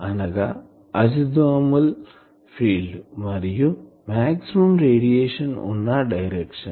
అనగా azimuthal field మరియు maximum radiation ఉన్న డైరెక్షన్